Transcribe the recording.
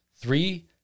three